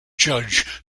judge